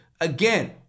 Again